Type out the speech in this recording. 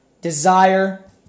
Desire